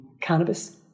cannabis